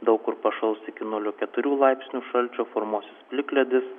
daug kur pašals iki nulio keturių laipsnių šalčio formuosis plikledis